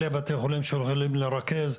אלה בתי חולים שיכולים לרכז.